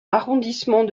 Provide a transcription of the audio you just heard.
l’arrondissement